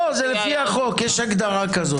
לא, זה לפי החוק, יש הגדרה כזאת.